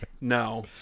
no